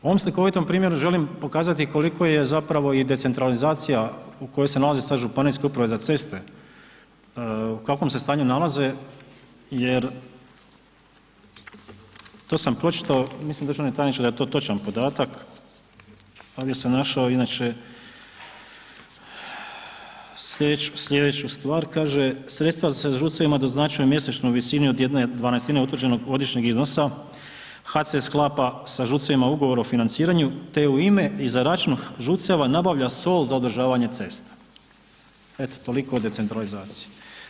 Na ovom slikovitom primjeru želim pokazati koliko je zapravo i decentralizacija u kojoj se nalaze sad Županijske uprave za ceste, u kakvom se stanju nalaze, jer to sam pročitao, mislim državni tajniče da je to točan podatak, ovdje sam našao inače slijedeću stvar, kaže sredstva se ŽUC-evima doznačuje u mjesečnoj visini od 1/12 utvrđenog godišnjeg iznosa, HC se sklapa sa ŽUC-evima Ugovor o financiranju, te u ime i za račun ŽUC-eva nabavlja sol za održavanje cesta, eto toliko o decentralizaciji.